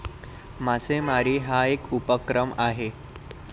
मासेमारी हा एक उपक्रम आहे